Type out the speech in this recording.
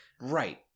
Right